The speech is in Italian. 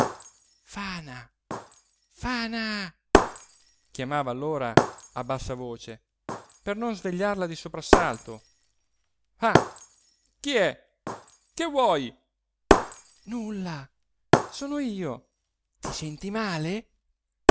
fana fana chiamava allora a bassa voce per non svegliarla di soprassalto ah chi è che vuoi nulla sono io ti senti male